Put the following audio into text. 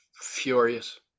furious